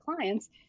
clients